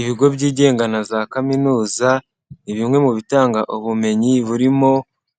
Ibigo byigenga na za Kaminuza, ni bimwe mu bitanga ubumenyi burimo